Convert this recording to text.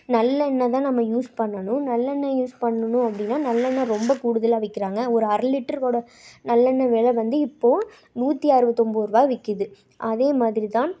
நல்லெண்ணெய் தான் நம்ம யூஸ் பண்ணணும் நல்லெண்ணெய் யூஸ் பண்ணணும் அப்படின்னா நல்லெண்ணெய் ரொம்ப கூடுதலாக விற்கிறாங்க ஒரு அரை லிட்டரோட நல்லெண்ணெய் வெலை வந்து இப்போது நூற்றி அறுபத்தி ஒம்போது ரூபா விற்கிது அதே மாதிரிதான்